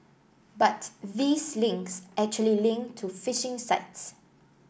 but these links actually link to phishing sites